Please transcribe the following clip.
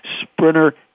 Sprinter